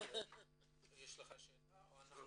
אני רוצה לקבל בכתב.